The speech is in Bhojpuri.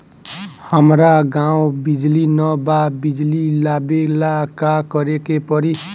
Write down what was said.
हमरा गॉव बिजली न बा बिजली लाबे ला का करे के पड़ी?